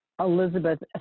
Elizabeth